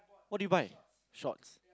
what did you buy shorts